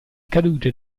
cadute